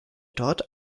dort